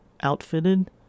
outfitted